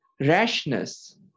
rashness